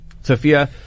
Sophia